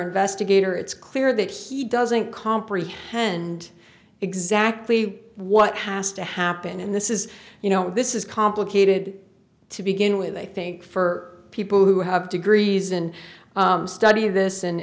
investigator it's clear that he doesn't comprehend exactly what has to happen in this is you know this is complicated to begin with they think for people who have degrees in study of this